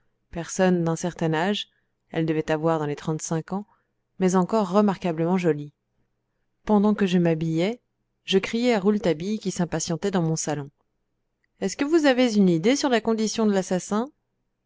pendant que je m'habillais je criai à rouletabille qui s'impatientait dans mon salon est-ce que vous avez une idée sur la condition de l'assassin